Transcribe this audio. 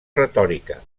retòrica